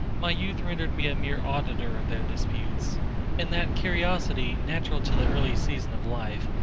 my youth rendered me a mere auditor of their disputes and that curiosity, natural to the early season of life,